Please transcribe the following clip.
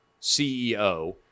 CEO